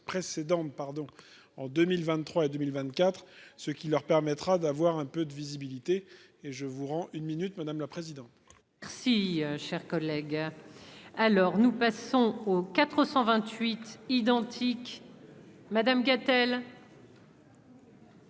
précédent pardon en 2023 et 2024 ce qui leur permettra d'avoir un peu de visibilité et, je vous rends une minute madame la présidente. Si cher collègue, alors nous passons au 428 identique. Madame Gatel.